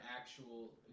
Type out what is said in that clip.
actual